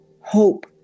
hope